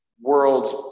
world's